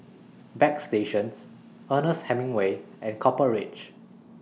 Bagstationz Ernest Hemingway and Copper Ridge